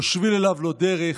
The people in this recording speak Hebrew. לא שביל אליו, לא דרך.